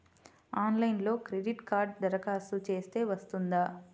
ఆన్లైన్లో క్రెడిట్ కార్డ్కి దరఖాస్తు చేస్తే వస్తుందా?